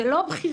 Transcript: זו לא בחירה,